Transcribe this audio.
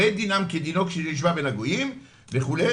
הרי דינם כדינו שנשבה בן הגויים וכו'.